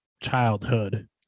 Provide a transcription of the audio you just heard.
childhood